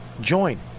join